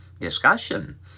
discussion